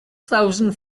thousand